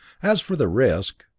as for the risk,